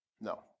No